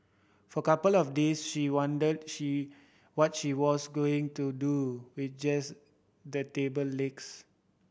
for a couple of days she wondered she watch was going to do with just the table legs